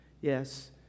Yes